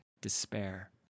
despair